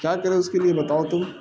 کیا کریں اس کے لیے بتاؤ تو